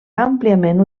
àmpliament